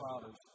fathers